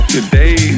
Today